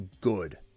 good